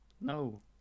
No